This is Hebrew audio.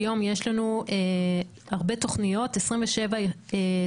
היום יש לנו הרבה תוכניות 27 תוכניות